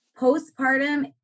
postpartum